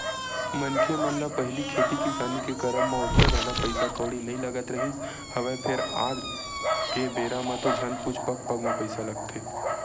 मनखे मन ल पहिली खेती किसानी के करब म ओतका जादा पइसा कउड़ी नइ लगत रिहिस हवय फेर आज के बेरा म तो झन पुछ पग पग म पइसा लगथे